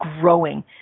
growing